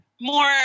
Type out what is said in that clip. more